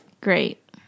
great